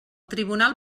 tribunal